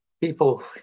people